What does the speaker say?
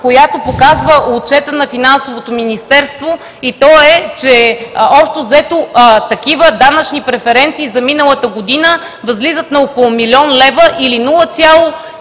която показва Отчета на Финансовото министерство, и то е, че общо взето такива данъчни преференции за миналата година възлизат на около милион лева, или 0,03%